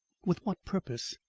with what purpose?